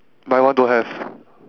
my one don't have